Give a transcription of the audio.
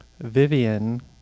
Vivian